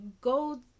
go